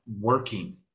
working